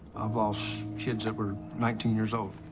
i've ah lost kids that were nineteen years old.